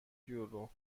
یورو